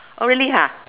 really